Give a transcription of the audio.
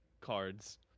cards